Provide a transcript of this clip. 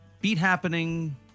beat-happening